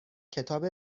کتاب